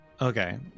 okay